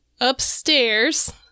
Upstairs